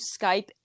Skype